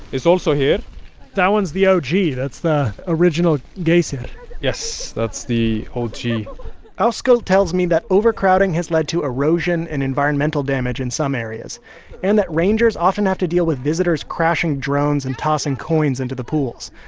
is also here that one's the o g. that's the original geysir yes, that's the o g oskar tells me that overcrowding has led to erosion and environmental damage in some areas and that rangers often have to deal with visitors crashing drones and tossing coins into the pools.